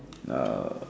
uh